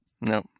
No